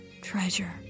treasure